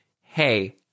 hey